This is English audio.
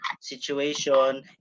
situation